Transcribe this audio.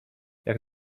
jak